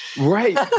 right